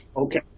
Okay